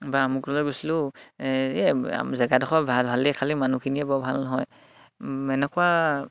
বা আমুকলৈ গৈছিলোঁ এই জেগাডখৰ ভাল ভালেই খালী মানুহখিনিয়ে বৰ ভাল নহয় এনেকুৱা